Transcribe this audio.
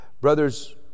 brothers